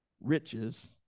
riches